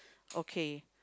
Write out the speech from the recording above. okay